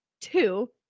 two